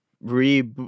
re